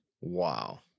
Wow